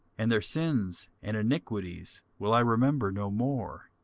and their sins and iniquities will i remember no more.